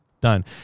done